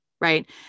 right